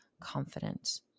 confident